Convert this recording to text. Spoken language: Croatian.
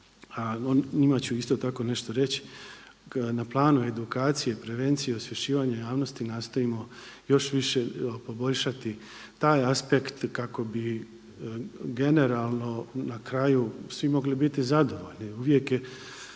o njima ću isto tako nešto reći, na planu edukacije, prevencije, osvješćivanja javnosti nastojimo još više poboljšati taj aspekt kako bi generalno na kraju svi mogli biti zadovoljni. Uvijek se